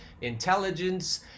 intelligence